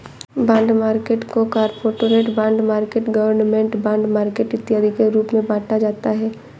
bond market को corporate bond market government bond market इत्यादि के रूप में बांटा जाता है